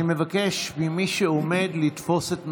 אני מבקש ממי שעומד לתפוס את מקומו.